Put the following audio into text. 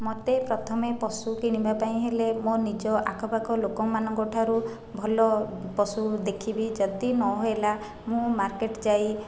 ମୋତେ ପ୍ରଥମେ ପଶୁ କିଣିବା ପାଇଁ ହେଲେ ମୋ' ନିଜ ଆଖପାଖ ଲୋକମାନଙ୍କଠାରୁ ଭଲ ପଶୁ ଦେଖିବି ଯଦି ନହେଲା ମୁଁ ମାର୍କେଟ ଯାଇ